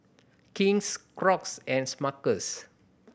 King's Crocs and Smuckers